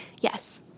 yes